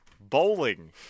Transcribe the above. bowling